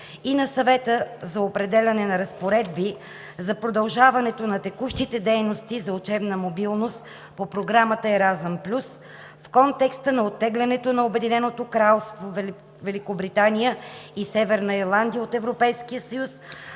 и на Съвета за определяне на разпоредби за продължаването на текущите дейности за учебна мобилност по програмата „Еразъм +“ в контекста на оттеглянето на Обединеното кралство Великобритания и Северна Ирландия от Европейския съюз,